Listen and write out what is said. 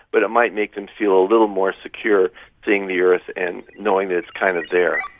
but it might make them feel a little more secure seeing the earth and knowing that it's kind of there.